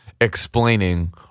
explaining